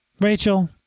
Rachel